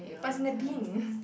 but it's in the bin